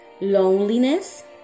loneliness